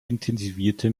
intensivierte